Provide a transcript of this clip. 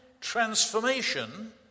transformation